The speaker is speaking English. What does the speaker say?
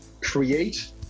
create